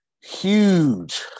Huge